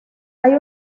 hay